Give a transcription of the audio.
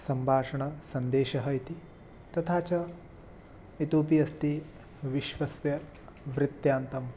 सम्भाषणसन्देशः इति तथा च इतोऽपि अस्ति विश्वस्य वृत्तान्तम्